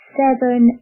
seven